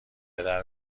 پدر